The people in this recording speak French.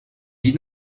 vit